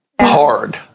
hard